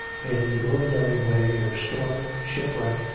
in the ordinary way of storm, shipwreck,